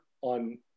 on